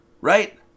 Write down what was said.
right